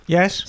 Yes